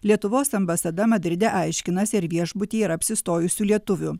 lietuvos ambasada madride aiškinasi ar viešbutyje apsistojusių lietuvių